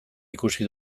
ikusi